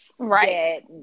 Right